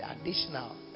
additional